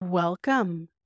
Welcome